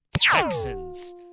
Texans